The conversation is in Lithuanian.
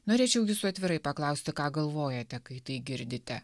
norėčiau jūsų atvirai paklausti ką galvojate kai tai girdite